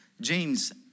James